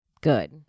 good